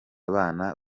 abana